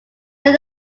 that